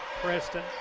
Preston